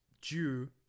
due